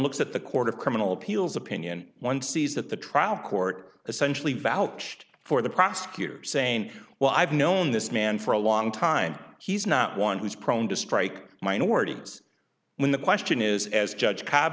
looks at the court of criminal appeals opinion one sees that the trial court essentially vouched for the prosecutors saying well i've known this man for a long time he's not one who is prone to strike minorities when the question is as judge c